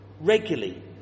regularly